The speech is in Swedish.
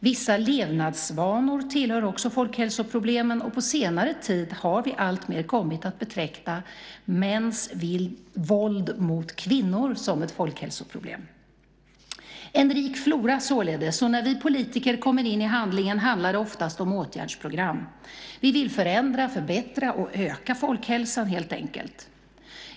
Vissa levnadsvanor tillhör också folkhälsoproblemen, och på senare tid har vi alltmer kommit att betrakta mäns våld mot kvinnor som ett folkhälsoproblem. Det är en rik flora, således. När vi politiker kommer in i handlingen handlar det oftast om åtgärdsprogram. Vi vill förändra, förbättra och öka folkhälsan, helt enkelt.